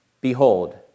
Behold